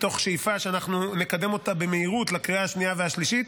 מתוך שאיפה שאנחנו נקדם אותה במהירות לקריאה השנייה והשלישית.